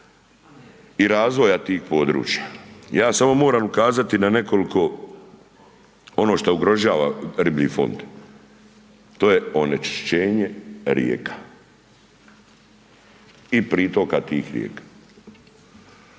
i razvoja tih područja. Ja samo moram ukazati na nekoliko ono što ugrožava riblji fond. To je onečišćenje rijeka i pritoka tih rijeka.